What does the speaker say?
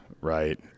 right